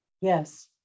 Yes